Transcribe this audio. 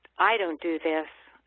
i don't do this.